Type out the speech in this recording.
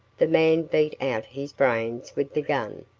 the man beat out his brains with the gun.